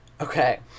Okay